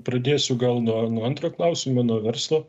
pradėsiu gal nuo nuo antro klausimo nuo verslo